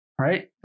right